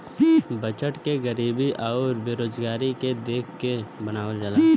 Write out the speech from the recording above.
budget के गरीबी आउर बेरोजगारी के देख के बनावल जाला